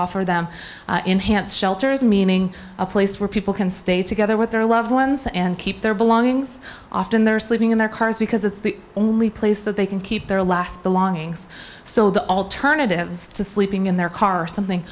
offer them enhanced shelters meaning a place where people can stay together with their loved ones and keep their belongings often they're sleeping in their cars because it's the only place that they can keep their last the longings so the alternatives to sleeping in their car something